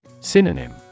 Synonym